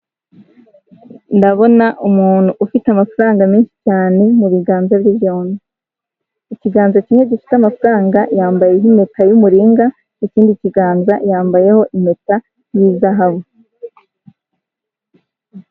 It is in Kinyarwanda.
Ndabona umuntu ufite amafaranga menshi cyane mubiganza bye byombi; ikiganza kimwe gifite amafaranga yambayeho impeta y'umuringa, ikindi kiganza yambayeho impeta y'izahabu.